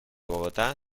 bogotá